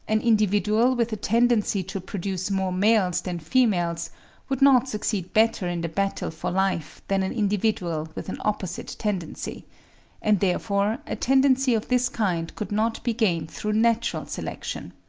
an individual with a tendency to produce more males than females would not succeed better in the battle for life than an individual with an opposite tendency and therefore a tendency of this kind could not be gained through natural selection.